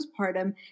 postpartum